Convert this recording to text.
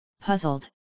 puzzled